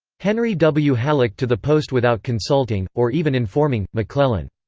henry w. halleck to the post without consulting, or even informing, mcclellan.